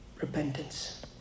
repentance